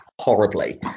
horribly